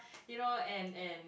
you know and and